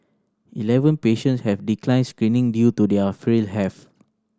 eleven patients have declined screening due to their frail health